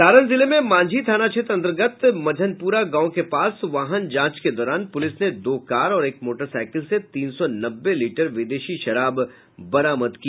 सारण जिले में मांझी थाना क्षेत्र अंतर्गत मझनपुरा गांव के पास वाहन जांच के दौरान पुलिस ने दो कार और एक मोटरसाइकिल से तीन सौ नब्बे लीटर विदेशी शराब बरामद किया